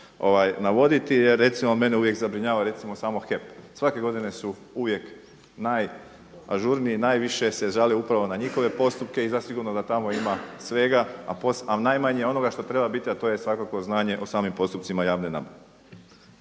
navoditi jer recimo mene uvijek zabrinjava samo HEP. Svake godine su uvijek najažurniji najviše se žale upravo na njihove postupke i zasigurno da tamo ima svega, a najmanje onoga što treba biti, a to je svakako znanje o samim postupcima javne nabave.